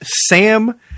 Sam